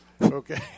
Okay